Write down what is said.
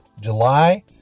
July